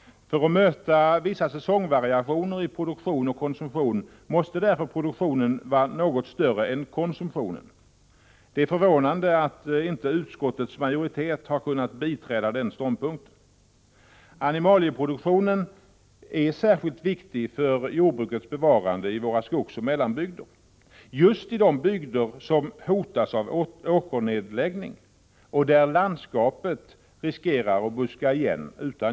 För att möta vissa säsongvariationer i produktion och konsumtion måste därför produktionen vara något större än konsumtionen. Det är förvånande att utskottets majoritet inte har kunnat biträda denna ståndpunkt. Animalieproduktionen är särskilt viktig för jordbrukets bevarande i våra skogsoch mellanbygder — just de bygder som hotas av åkernedläggning och där, utan djurdrift, landskapet riskerar att buska igen.